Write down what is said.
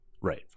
Right